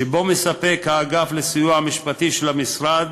שבו מספק האגף לסיוע משפטי של המשרד